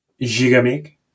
Gigamic